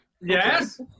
Yes